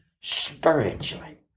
spiritually